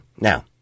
Now